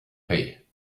pay